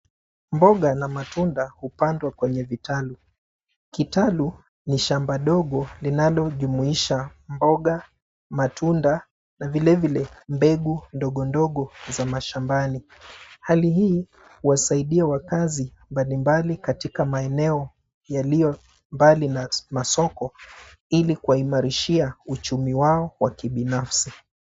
Mboga na matuna hupandwa kwenye vitalu. Kitalu ni shamba dogo linalojuimuisha mboga, matunda na vilevile mbegu ndogondogo za mashambani. Hali hii huwasaidia wakazi mbalimbali katika maeneo yaliyo mbali na soko ili kuwaimarishia uchumi wao wa kibinafsi.